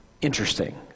interesting